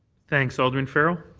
thanks. alderman farrell.